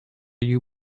you